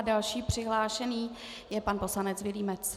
Další přihlášený je pan poslanec Vilímec.